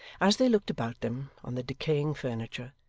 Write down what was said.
as they looked about them on the decaying furniture,